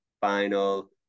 final